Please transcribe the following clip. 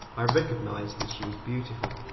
i recognized that she was beautiful.